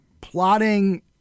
plotting